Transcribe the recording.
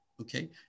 Okay